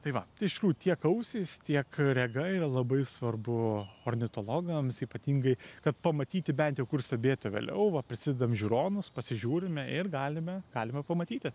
tai va tai iš tikrųjų tiek ausys tiek rega yra labai svarbu ornitologams ypatingai kad pamatyti bent jau kur stebėt o vėliau va prisidedam žiūronus pasižiūrime ir galime galime pamatyti